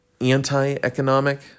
anti-economic